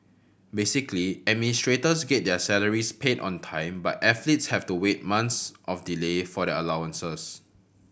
basically administrators get their salaries paid on time but athletes have to wait months of delay for their allowances